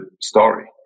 story